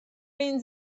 این